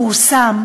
פורסם